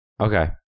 Okay